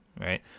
right